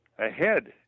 ahead